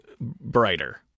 brighter